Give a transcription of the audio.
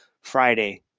Friday